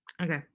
Okay